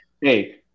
Hey